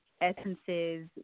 Essence's